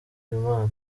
imana